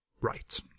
right